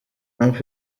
trump